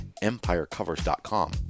EmpireCovers.com